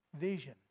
vision